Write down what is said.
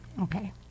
Okay